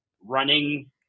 running